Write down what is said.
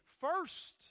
first